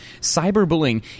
Cyberbullying